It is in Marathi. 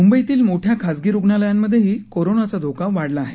मुंबईतील मोठ्या खासगी रुग्णालयांमध्येही कोरोनाचा धोका वाढला आहे